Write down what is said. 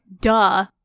duh